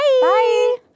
Bye